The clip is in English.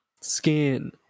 Skin